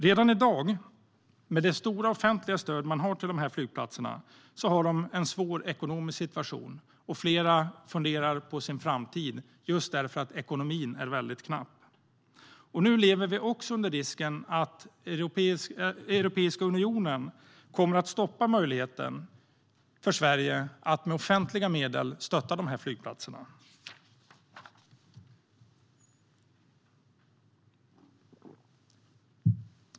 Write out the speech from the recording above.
Redan i dag, med det stora offentliga stöd man har, har dessa flygplatser en svår ekonomisk situation. Flera funderar på sin framtid just därför att ekonomin är väldigt knapp. Nu lever vi också med risken att Europeiska unionen kommer att stoppa möjligheten för Sverige att med offentliga medel stötta de här flygplatserna.